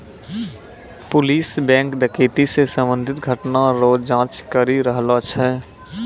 police bank डकैती से संबंधित घटना रो जांच करी रहलो छै